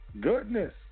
Goodness